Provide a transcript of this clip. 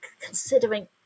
considering